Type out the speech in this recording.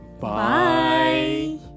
Bye